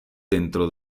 dentro